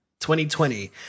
2020